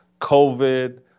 COVID